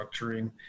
structuring